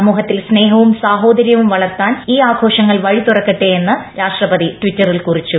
സമൂഹത്തിൽ സ്നേഹപ്പൂം സാഹോദര്യവും വളർത്താൻ ഈ ആഘോഷങ്ങൾ വ്യഴിത്തുക്കെട്ടേയെന്ന് രാഷ്ട്രപതി ടിറ്ററിൽ കുറിച്ചു